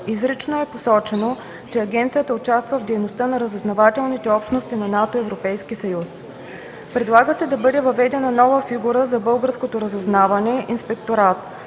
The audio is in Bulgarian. Изрично е посочено, че агенцията участва в дейността на разузнавателните общности на НАТО и ЕС. Предлага се да бъде въведена нова фигура за българското разузнаване – инспекторът.